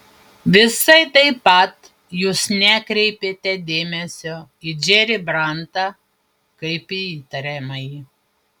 visai taip pat jūs nekreipėte dėmesio į džerį brantą kaip į įtariamąjį